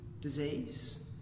disease